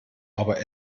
aber